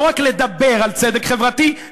לא רק לדבר על צדק חברתי,